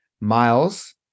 Miles